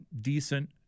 decent